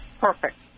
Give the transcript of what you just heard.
perfect